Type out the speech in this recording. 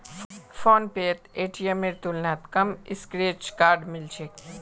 फोनपेत पेटीएमेर तुलनात कम स्क्रैच कार्ड मिल छेक